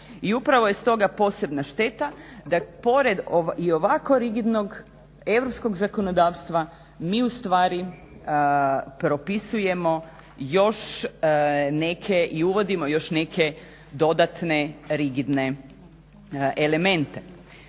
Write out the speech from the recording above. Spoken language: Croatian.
I upravo je stoga posebna šteta da pored i ovako rigidnog europskog zakonodavstva mi u stvari propisujemo još neke i uvodimo još neke dodatne rigidne elemente,